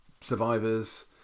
survivors